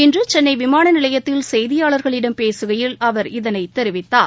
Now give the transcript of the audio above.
இன்று சென்னை விமான நிலையத்தில் செய்தியாளர்களிடம் பேசுகையில் அவர் இதனைத் தெரிவித்தார்